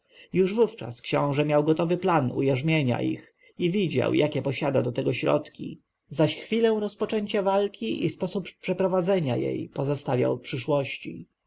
już wówczas książę miał gotowy plan ujarzmienia ich i widział jakie posiada do tego środki zaś chwilę rozpoczęcia walki i sposób przeprowadzenia jej pozostawiał przyszłości